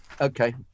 Okay